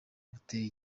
buteye